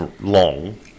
long